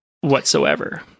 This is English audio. whatsoever